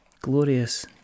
glorious